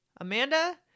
Amanda